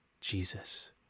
Jesus